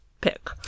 pick